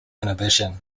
inhibition